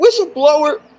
whistleblower